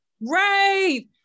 Right